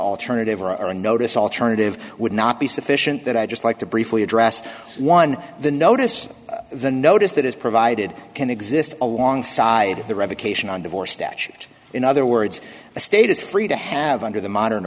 alternative or a notice alternative would not be sufficient that i'd just like to briefly address one the notice the notice that is provided can exist alongside the revocation on divorce statute in other words the state is free to have under the modern